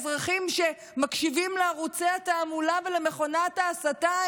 האזרחים שמקשיבים לערוצי התעמולה ולמכונת ההסתה,